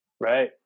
Right